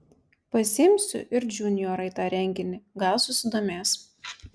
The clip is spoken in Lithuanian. pasiimsiu ir džiuniorą į tą renginį gal susidomės